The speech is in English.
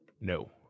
No